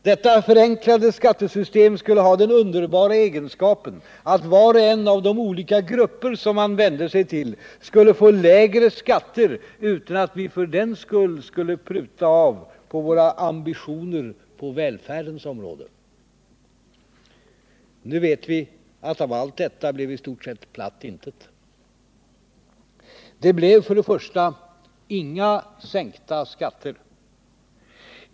Deras förenklade skattesystem skulle ha den underbara egenskapen att var och en av de olika grupper som man vände sig till skulle få lägre skatter utan att vi för den skull skulle pruta av på våra ambitioner på välfärdens område. Nu vet vi att av allt detta blev platt intet. Det blev för det första inga sänkta skatter.